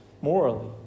morally